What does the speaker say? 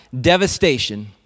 devastation